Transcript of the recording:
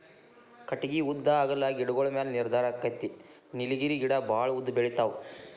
ಕಟಗಿ ಉದ್ದಾ ಅಗಲಾ ಗಿಡಗೋಳ ಮ್ಯಾಲ ನಿರ್ಧಾರಕ್ಕತಿ ನೇಲಗಿರಿ ಗಿಡಾ ಬಾಳ ಉದ್ದ ಬೆಳಿತಾವ